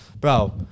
Bro